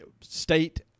state